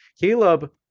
Caleb